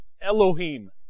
Elohim